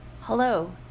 Hello